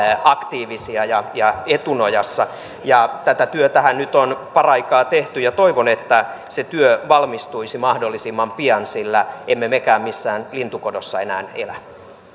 aktiivisia ja ja etunojassa tätä työtähän nyt on paraikaa tehty ja toivon että se työ valmistuisi mahdollisimman pian sillä emme mekään missään lintukodossa enää elä